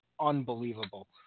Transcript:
unbelievable